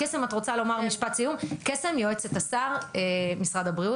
קסם, יועצת השר, את רוצה לומר משפט סיום?